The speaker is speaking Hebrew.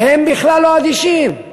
הן בכלל לא אדישות.